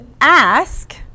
ask